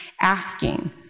asking